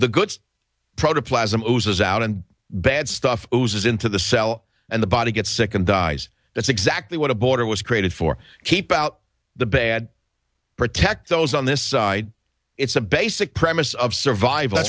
loses out and bad stuff goes into the cell and the body gets sick and dies that's exactly what a border was created for keep out the bad protect those on this side it's a basic premise of survival